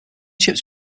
ships